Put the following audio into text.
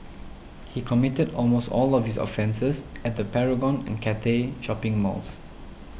he committed almost all of his offences at the Paragon and Cathay shopping malls